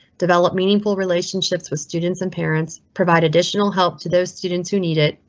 develop meaningful relationships with students and parents, provide additional help to those students who need it,